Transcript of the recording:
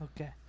Okay